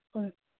पाँच